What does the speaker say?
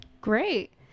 Great